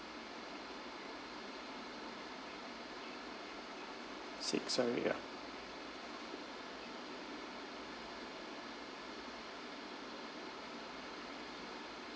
six sorry ya